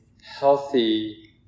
healthy